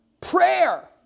prayer